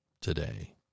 today